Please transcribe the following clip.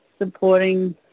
supporting